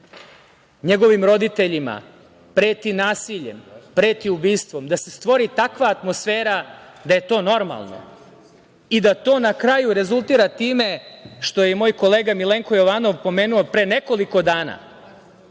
njegovim roditeljima preti nasiljem, preti ubistvom, da se stvori takva atmosfera da je to normalno i da to na kraju rezultira time, što je moj kolega Milenko Jovanov pomenuo pre nekoliko dana